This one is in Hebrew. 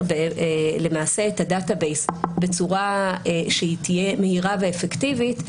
למעשה את ה-database בצורה שתהיה מהירה ואפקטיבית,